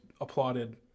applauded